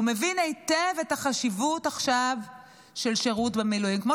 הוא מבין היטב את החשיבות של שירות במילואים עכשיו.